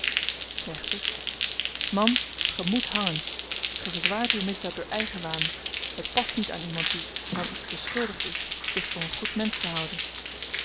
rechter man ge moet hangen ge verzwaart uw misdaad door eigenwaan het past niet aan iemand die van iets beschuldigd is zich voor n goed mensch te houden